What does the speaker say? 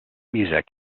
music